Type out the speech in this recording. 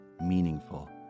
meaningful